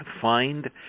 find